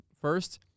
First